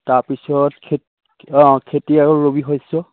তাৰপিছত খেত অঁ খেতি আৰু ৰবি শস্য